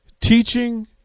teaching